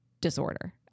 disorder